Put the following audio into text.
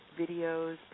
videos